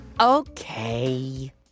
okay